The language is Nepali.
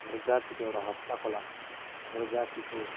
हाम्रो जातिको एउटा हस्तकला हाम्रो जातिको